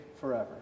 forever